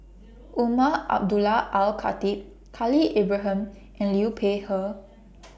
Umar Abdullah Al Khatib Khalil Ibrahim and Liu Peihe